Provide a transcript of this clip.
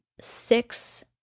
six